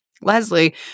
Leslie